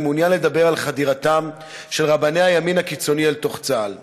אני מעוניין לדבר על חדירתם של רבני הימין הקיצוני אל תוך צה"ל.